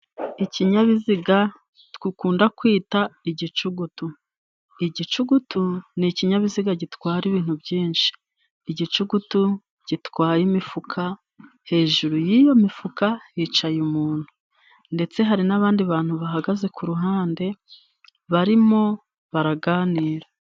Ikinyabiziga dukunda kwita igicugutu. Igicugutu ni ikinyabiziga gitwara ibintu byinshi. Igicugutu gitwaye imifuka, hejuru y'iyo mifuka hicaye umuntu ndetse hari n'abandi bantu bahagaze ku ruhande barimo baraganira.